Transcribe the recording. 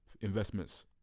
investments